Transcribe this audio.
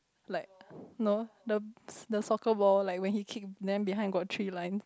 like no the s~ the soccer ball like when he kick then behind got three line